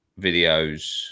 videos